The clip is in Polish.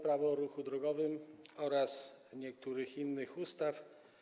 Prawo o ruchu drogowym oraz niektórych innych ustaw.